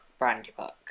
Brandybuck